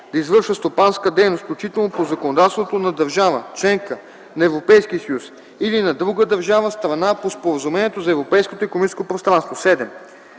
да извършва стопанска дейност, включително по законодателството на държава – членка на Европейския съюз, или на друга държава – страна по Споразумението за Европейското икономическо пространство;”.